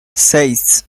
seis